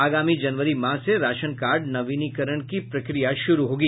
आगामी जनवरी माह से राशन कार्ड नवीनीकरण की प्रक्रिया शुरू होगी